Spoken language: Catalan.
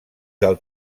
del